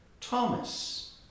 Thomas